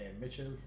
Mitchell